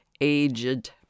aged